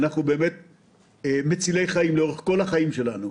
אנחנו מצילי חיים לאורך כל החיים שלנו.